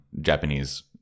Japanese